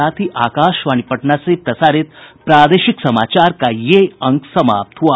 इसके साथ ही आकाशवाणी पटना से प्रसारित प्रादेशिक समाचार का ये अंक समाप्त हुआ